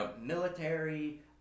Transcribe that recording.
Military